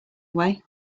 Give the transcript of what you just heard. way